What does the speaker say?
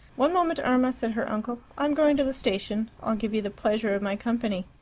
one moment, irma, said her uncle. i'm going to the station. i'll give you the pleasure of my company.